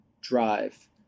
drive